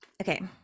okay